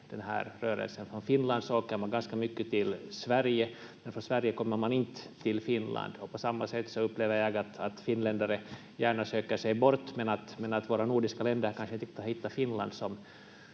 Från Finland åker man ganska mycket till Sverige, men från Sverige kommer man inte till Finland. På samma sätt upplever jag att finländare gärna söker sig bort men att våra nordiska länder kanske inte riktigt har hittat Finland